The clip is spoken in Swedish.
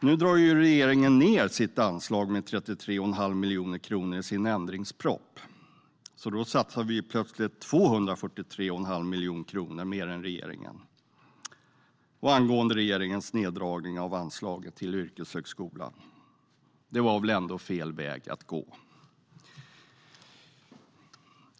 Nu drar regeringen ned anslaget med 33 1⁄2 miljon kronor i sin ändringsproposition, och då satsar vi plötsligt 243 1⁄2 miljon kronor mer än regeringen. Regeringens neddragning av anslaget till yrkeshögskolan var väl ändå fel väg att gå?